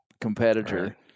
competitor